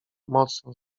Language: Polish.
mocno